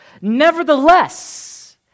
Nevertheless